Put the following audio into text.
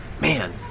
Man